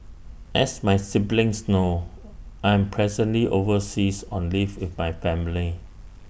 as my siblings know I am presently overseas on leave with my family